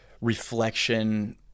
reflection